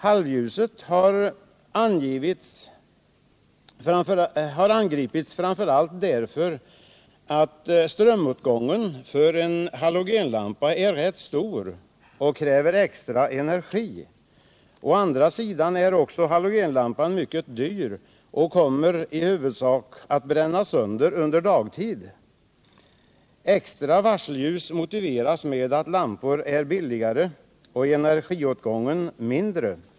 Halvljuset har angripits framför allt därför att strömåtgången för en halogenlampa är rätt stor och kräver extra energi. Dessutom är halogenlampan mycket dyr och kommer i huvudsak att brännas sönder under dagtid. Extra varselljus motiveras med att lampan är billigare och energiåtgången mindre.